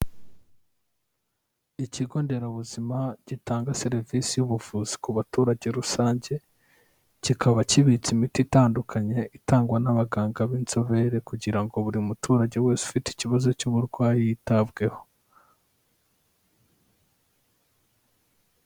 Ikigo nderabuzima gitanga serivisi y'ubuvuzi ku baturage rusange, kikaba kibitse imiti itandukanye itangwa n'abaganga b'inzobere, kugira ngo buri muturage wese ufite ikibazo cy'uburwayi yitabweho.